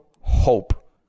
hope